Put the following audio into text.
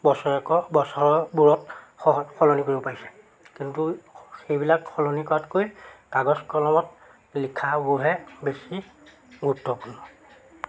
বছৰেকৰ বছৰবোৰত সলনি কৰিব পাৰিছে কিন্তু সেইবিলাক সলনি কৰাতকৈ কাগজ কলমত লিখাবোৰহে বেছি গুৰুত্বপূৰ্ণ